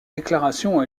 déclaration